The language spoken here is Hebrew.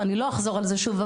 ואני לא אחזור על זה שוב,